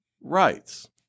rights